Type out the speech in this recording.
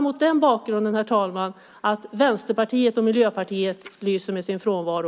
Mot den bakgrunden beklagar jag att Vänsterpartiet och Miljöpartiet lyser med sin frånvaro.